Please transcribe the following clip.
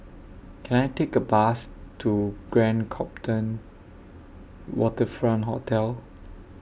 Can I Take A Bus to Grand Copthorne Waterfront Hotel